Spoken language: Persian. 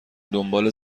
دنبال